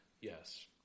Yes